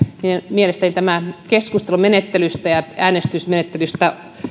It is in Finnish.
mielestäni tämä keskustelu menettelystä ja äänestys menettelystä